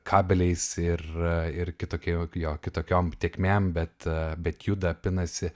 kabeliais ir ir kitokia jo jo kitokiom tėkmėm bet bet juda pinasi